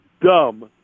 dumb